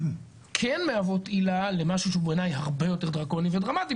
כן מהוות עילה למשהו שהוא בעייני הרבה יותר דרקוני ודרמטי,